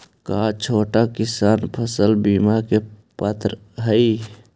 का छोटा किसान फसल बीमा के पात्र हई?